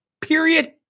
period